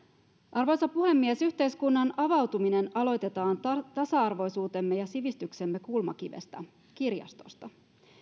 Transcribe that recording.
arvoisa puhemies yhteiskunnan avautuminen aloitetaan tasa arvoisuutemme ja sivistyksemme kulmakivestä kirjastosta